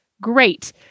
great